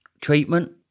treatment